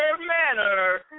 manner